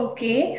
Okay